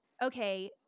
okay